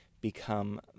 become